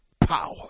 power